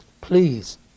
please